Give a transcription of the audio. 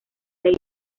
ley